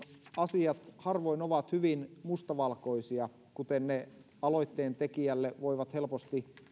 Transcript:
asiat harvoin ovat hyvin mustavalkoisia kuten ne aloitteentekijälle voivat helposti